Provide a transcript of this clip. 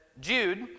Jude